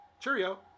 Cheerio